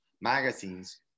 magazines